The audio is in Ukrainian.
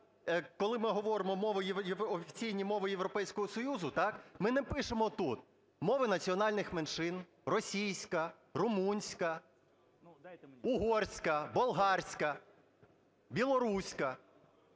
коли ми говоримо "офіційні мови Європейського Союзу", ми не пишемо тут "мови національних меншин: російська, румунська, угорська, болгарська, білоруська".